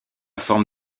forme